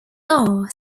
are